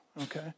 okay